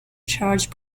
charge